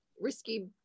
risky